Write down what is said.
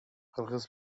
кыргыз